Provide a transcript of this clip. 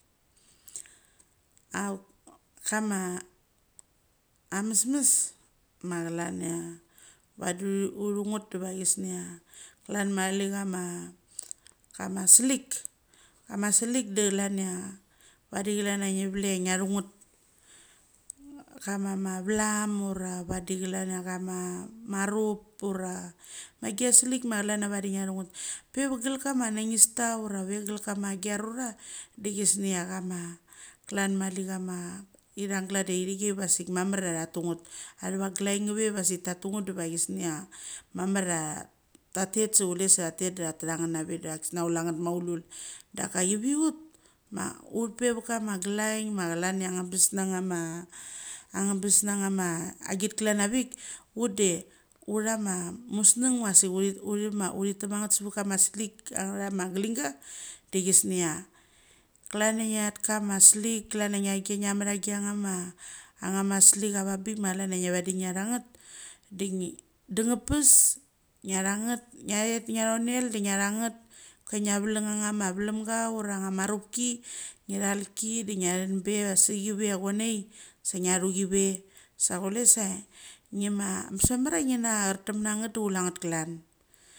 Auk kama amesmes ma klan chia vadinnthu chia ngat diva chusnia klan mali kam, kama slik, ama slik de klan chia, vadi klan chia ngia chu ngat kama ma vlem ura vadi klan chia marup ura agit, ura agia slik ma klan chia vadi ngia thu ngat, pe gel kama nanista ura pe gel kama agia rura de chisnia kama klan mali kama ithang klan chia lthik cha vasik mamar chia tha tu, ngat. Athava glain nge ve vasik tatu ngat diva chisnia mamar chia cha tet se kule sa cha tet da cha tha cha ngat nave de chisnia kule ngat maulul. Daka chiviut ma upte vet kama glain ma klan chia angebas naga ma, angbas naga ma, anbas naga ma agit klan avit, ut de utha ma musnang was sik uthi tama chama sevek kama slik angethama gling ga de chisnia klania ngat kama slik klan chia choki nga mecha ange ma gia slik avangbik ma klan chia vadi ngia cha ngat da danga pes nga cha ngat, ngia thet ngia chonel de necha cha ngat de asik ka ngia veleng angama vlemga ura angama marupki, ngi chalki de ngia. Thet sa chi ve chia chonai, sa ngia thuchi ve sa kule sa ngi ma ngbes mamar chia ngi na tm ma ngat d akule ngat klan.